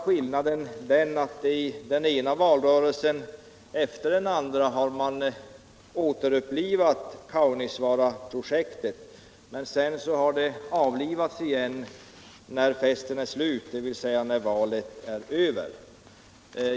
Skillnaden är bara den att man i den ena valrörelsen efter den andra har återupplivat Kaunisvaaraprojektet, men sedan har det avlivats igen när festen är slut, dvs. när valet är över.